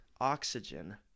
oxygen